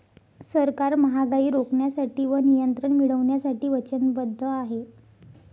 सरकार महागाई रोखण्यासाठी व नियंत्रण मिळवण्यासाठी वचनबद्ध आहे